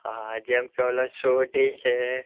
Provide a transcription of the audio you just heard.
હા જેમકે ઓલો સોઢી છે